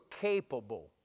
capable